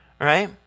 right